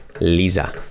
Lisa